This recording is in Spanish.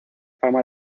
fama